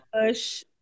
push